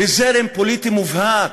לזרם פוליטי מובהק?